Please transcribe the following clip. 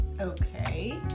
Okay